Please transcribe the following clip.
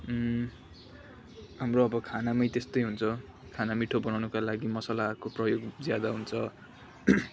हाम्रो अब खानामै त्यस्तै हुन्छ खाना मिठो बनाउनका लागि मसलाको प्रयोग ज्यादा हुन्छ